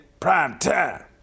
primetime